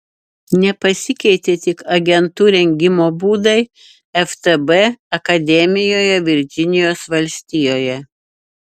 nepasikeitė tik agentų rengimo būdai ftb akademijoje virdžinijos valstijoje